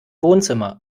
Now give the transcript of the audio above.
wohnzimmer